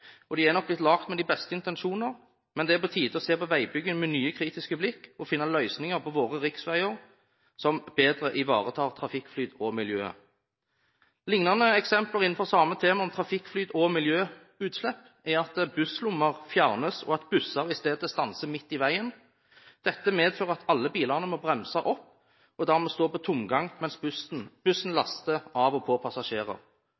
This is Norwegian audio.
blitt laget med de beste intensjoner, men det er på tide å se på veibygging med nye, kritiske blikk og finne løsninger på våre riksveier som bedre ivaretar trafikkflyt og miljøet. Lignende eksempler innenfor samme tema, trafikkflyt og miljøutslipp, er at busslommer fjernes, og at busser i stedet stanser midt i veien. Dette medfører at alle bilene må bremse opp og dermed stå på tomgang mens bussen setter av og tar på passasjerer.